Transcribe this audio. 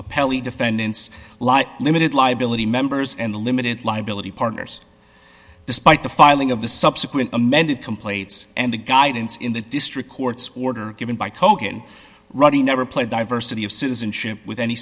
appellee defendants lott limited liability members and limited liability partners despite the filing of the subsequent amended complaints and the guidance in the district court's order given by kogan ready never played diversity of citizenship with any